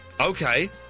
Okay